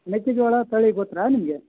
ಮೆಕ್ಕೆಜೋಳ ತಳಿ ಗೊತ್ತಾ ನಿಮಗೆ